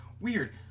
weird